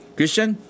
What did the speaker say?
Christian